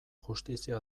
justizia